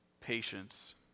patience